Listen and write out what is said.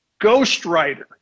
ghostwriter